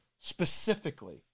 Specifically